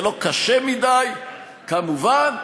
זה לא קשה מדי: כמובן,